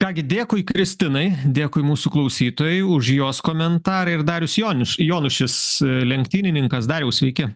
ką gi dėkui kristinai dėkui mūsų klausytojai už jos komentarą ir darius joniš jonušis lenktynininkas dariau sveiki